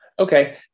Okay